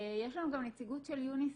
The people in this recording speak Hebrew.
יש לנו גם נציגות של יוניס"ף.